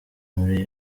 muri